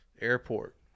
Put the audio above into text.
airport